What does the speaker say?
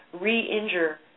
re-injure